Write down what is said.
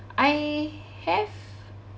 I have